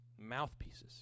mouthpieces